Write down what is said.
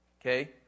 Okay